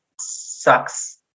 sucks